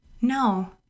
No